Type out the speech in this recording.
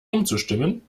umzustimmen